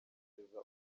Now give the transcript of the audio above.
kugeza